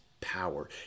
power